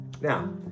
Now